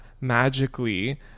magically